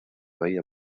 bahía